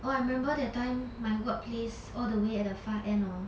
orh I remember that time my workplace all the way at the far end hor